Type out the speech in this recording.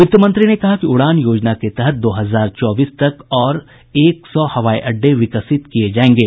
वित्त मंत्री ने कहा कि उड़ान योजना के तहत दो हजार चौबीस तक और एक सौ हवाई अड्डे विकसित किए जाएंगे